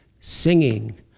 singing